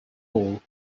all